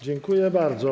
Dziękuję bardzo.